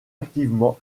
activement